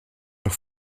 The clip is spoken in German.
noch